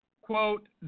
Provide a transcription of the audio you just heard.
quote